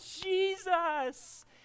Jesus